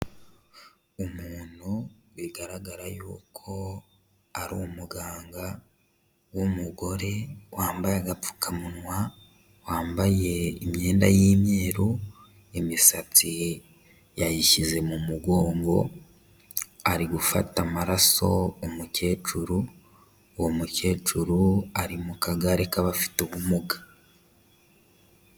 Umuntu bigaragara yuko ari umuganga w'umugore, wambaye agapfukamunwa, wambaye imyenda y'imyeru, imisatsi yayishyize mu mugongo, ari gufata amaraso umukecuru; uwo mukecuru ari mu kagare k'abafite ubumuga.